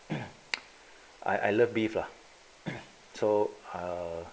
I I love beef lah so err